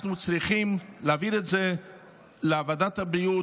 אנחנו צריכים להעביר את זה לוועדת הבריאות